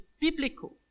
biblical